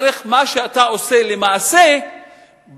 הערך של מה שאתה עושה למעשה באדמה,